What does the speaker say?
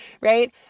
Right